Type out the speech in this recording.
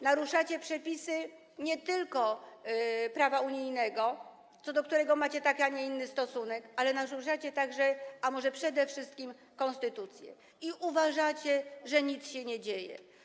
Naruszacie przepisy nie tylko prawa unijnego, co do którego macie taki, a nie inny stosunek, ale naruszacie także, a może przede wszystkim, konstytucję i uważacie, że nic się nie dzieje.